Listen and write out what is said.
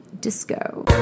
disco